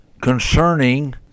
concerning